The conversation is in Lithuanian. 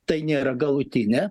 tai nėra galutinė